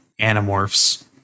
Animorphs